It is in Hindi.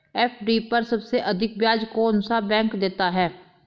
एफ.डी पर सबसे अधिक ब्याज कौन सा बैंक देता है?